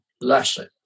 lesson